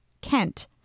Kent